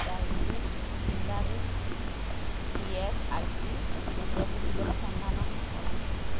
ଦାର୍ଜିଲିଂ ଜିଲ୍ଲାରେ E E S I C କେନ୍ଦ୍ରଗୁଡ଼ିକର ସନ୍ଧାନ କରନ୍ତୁ